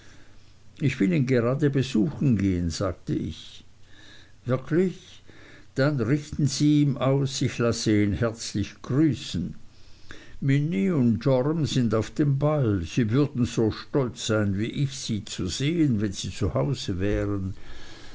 ich will ihn gerade besuchen gehen sagte ich wirklich dann richten sie ihm aus ich lasse ihn herzlich grüßen minnie und joram sind auf dem ball sie würden so stolz sein wie ich sie zu sehen wenn sie zu hause wären